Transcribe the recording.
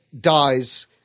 dies